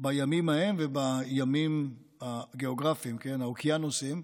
ההם וגם בימים, הגיאוגרפיים, באוקיינוסים,